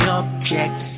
object